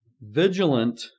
Vigilant